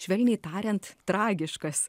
švelniai tariant tragiškas